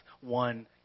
one